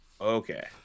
okay